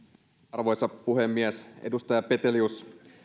arvoisa puhemies edustaja petelius